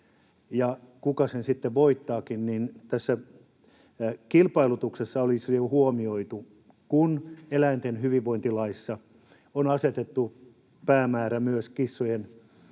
kuka sen sitten voittaakin, niin tässä kilpailutuksessa olisi jo huomioitu se, että eläinten hyvinvointilaissa on asetettu päämäärä myös kissojen